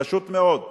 פשוט מאוד.